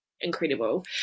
incredible